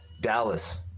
Dallas